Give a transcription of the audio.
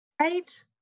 right